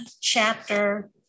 chapter